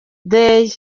day